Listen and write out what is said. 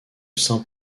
saint